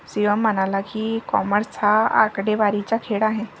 शिवम म्हणाला की, कॉमर्स हा आकडेवारीचा खेळ आहे